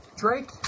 Drake